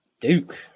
Duke